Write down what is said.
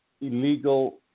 illegal